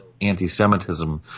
anti-semitism